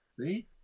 See